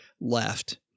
left